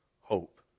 hope